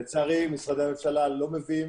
לצערי, משרדי הממשלה לא מביאים